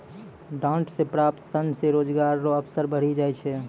डांट से प्राप्त सन से रोजगार रो अवसर बढ़ी जाय छै